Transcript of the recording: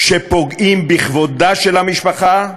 שפוגעים בכבודה של המשפחה,